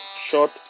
short